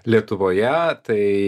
lietuvoje tai